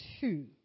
two